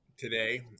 today